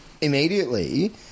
immediately